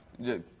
you